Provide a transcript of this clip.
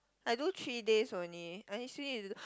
I do three days only I still need to do